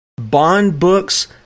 bondbooks